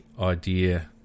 idea